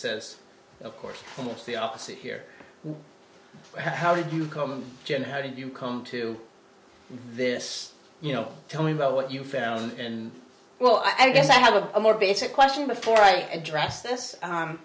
says of course almost the opposite here how did you come jan how did you come to this you know tell me about what you found and well i guess i have a more basic question before i address